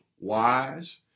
wise